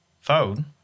Phone